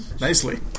Nicely